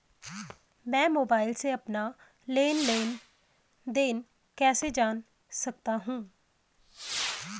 मैं मोबाइल से अपना लेन लेन देन कैसे जान सकता हूँ?